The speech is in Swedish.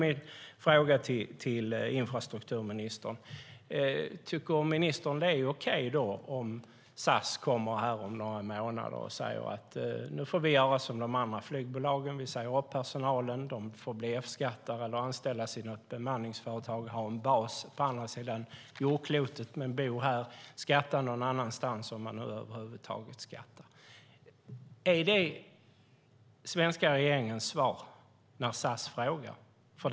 Tycker infrastrukturministern att det är okej om SAS kommer om några månader och säger att de måste göra som de andra flygbolagen och säga upp personalen, låta dem bli F-skattare och anställda i bemanningsföretag med en bas på andra sidan jordklotet fast de bor här och skatta någon annanstans om de över huvud taget skattar? Är det svenska regeringens svar när SAS frågar?